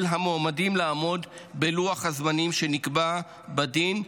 המועמדים לעמוד בלוח הזמנים שנקבע בדין,